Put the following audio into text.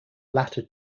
latter